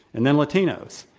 and then latinos,